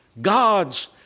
God's